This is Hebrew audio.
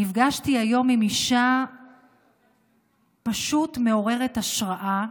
נפגשתי היום עם אישה פשוט מעוררת השראה,